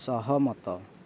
ସହମତ